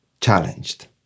challenged